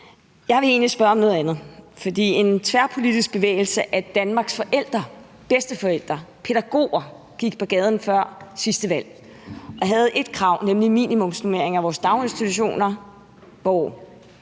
Jeg vil egentlig spørge om noget andet. For en tværpolitisk bevægelse af Danmarks forældre, bedsteforældre og pædagoger gik på gaden før sidste valg og havde ét krav, nemlig minimumsnormeringer i vores daginstitutioner, hvor